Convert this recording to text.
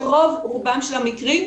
ברוב רובם של המקרים,